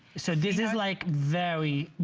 so this is like very,